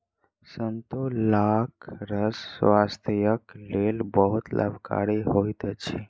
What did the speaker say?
संतोलाक रस स्वास्थ्यक लेल बहुत लाभकारी होइत अछि